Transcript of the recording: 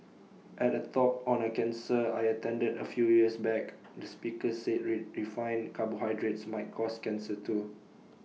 at A talk on A cancer I attended A few years back the speaker said ray refined carbohydrates might cause cancer too